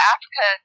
Africa